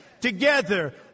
together